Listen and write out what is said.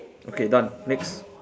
okay done next